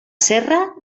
serra